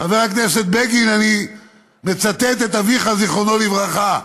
חבר הכנסת בגין, אני מצטט את אביך, זיכרונו לברכה,